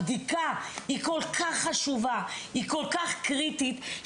הבדיקה כל כך חשובה, כל כך קריטית.